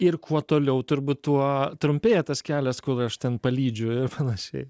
ir kuo toliau turbūt tuo trumpėja tas kelias kur aš ten palydžiu ir panašiai